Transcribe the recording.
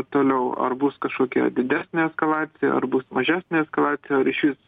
toliau ar bus kažkokia didesnė eskalacija ar bus mažesnė eskalacija ar išvis